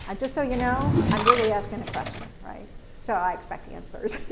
and just so you know, i'm really asking a question, right? so, i expect answers.